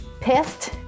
pissed